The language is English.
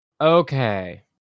Okay